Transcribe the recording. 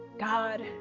God